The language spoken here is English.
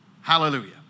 Hallelujah